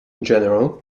general